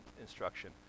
instruction